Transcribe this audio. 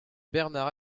bernard